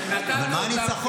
נתת אותם --- אבל מה הניצחון?